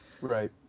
Right